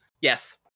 yes